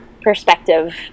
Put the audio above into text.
perspective